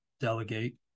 delegate